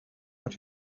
but